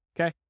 Okay